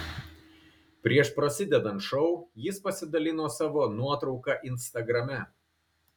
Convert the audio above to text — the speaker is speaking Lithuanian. prieš prasidedant šou jis pasidalino savo nuotrauka instagrame